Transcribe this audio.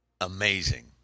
Amazing